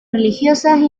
religiosas